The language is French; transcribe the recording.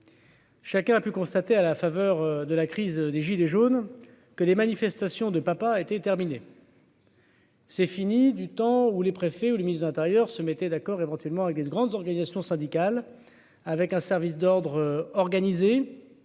Chacun a pu constater, à la faveur de la crise des gilets jaunes que les manifestations de papa était terminé. C'est fini, du temps où les préfets ou le ministre de l'Intérieur se mettaient d'accord éventuellement avec les grandes organisations syndicales, avec un service d'ordre organisé